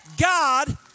God